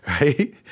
Right